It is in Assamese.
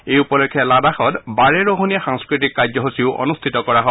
এই উপলক্ষে লাডাখত বাৰেৰহণীয়া সাংস্কৃতিক কাৰ্যসূচীও অনুষ্ঠিত কৰা হয়